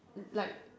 like